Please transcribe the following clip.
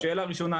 שאלה ראשונה,